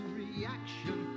reaction